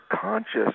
conscious